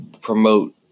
Promote